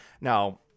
Now